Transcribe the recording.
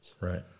Right